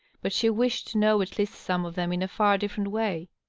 but she wished to know at least some of them in a far different way.